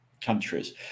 countries